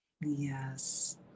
Yes